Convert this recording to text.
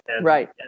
Right